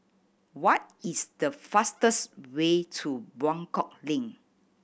what is the fastest way to Buangkok Link